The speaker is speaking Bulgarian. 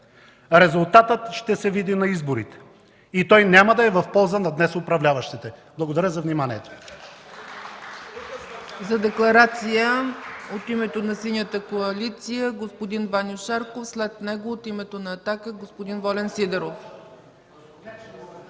Резултатът ще се види на изборите и той няма да е в полза на днес управляващите.” Благодаря за вниманието.